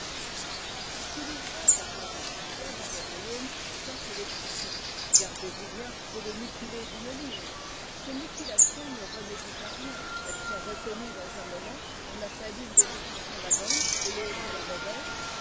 si l'ouvrage a paru soit dans le royaume soit chez l'étranger gardez-vous bien de le mutiler d'une ligne ces mutilations ne remédient à rien elles sont reconnues dans un moment on appelle une des éditions la bonne et l'autre la mauvaise